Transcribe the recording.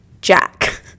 Jack